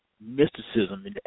mysticism